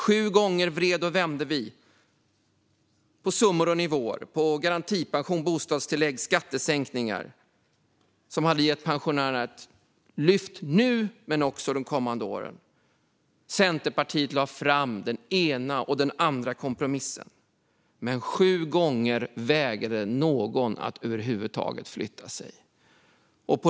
Sju gånger vred och vände vi på summor och nivåer på garantipension, bostadstillägg och skattesänkningar, som hade gett pensionärerna ett lyft nu men också de kommande åren. Centerpartiet lade fram den ena efter den andra kompromissen. Men ingen av de sju gångerna var det någon som var beredd att över huvud taget flytta sig.